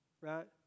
right